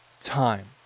time